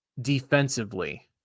defensively